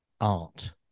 art